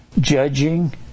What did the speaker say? judging